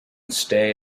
stay